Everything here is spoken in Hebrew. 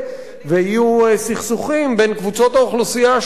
ויהיו סכסוכים בין קבוצות האוכלוסייה השונות.